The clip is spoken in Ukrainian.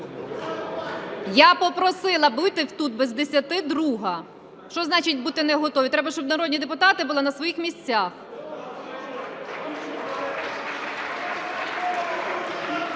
Я попросила бути тут без десяти друга. Що значить, бути неготовими? Треба, щоб народні депутати були на своїх місцях.